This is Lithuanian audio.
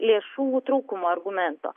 lėšų trūkumo argumento